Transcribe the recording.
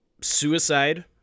suicide